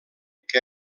que